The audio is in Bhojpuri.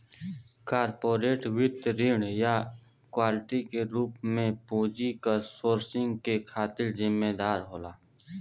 कॉरपोरेट वित्त ऋण या इक्विटी के रूप में पूंजी क सोर्सिंग के खातिर जिम्मेदार होला